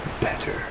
better